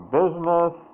business